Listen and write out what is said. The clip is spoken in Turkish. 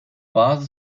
bazı